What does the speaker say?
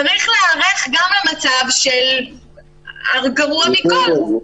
צריך להיערך גם למצב של הגרוע מכל.